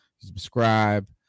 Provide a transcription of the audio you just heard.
Subscribe